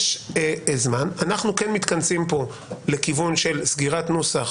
אנחנו כן מתכנסים כאן לכיוון של סגירת נוסח